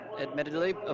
admittedly